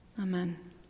Amen